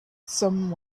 some